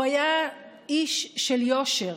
הוא היה איש של יושר.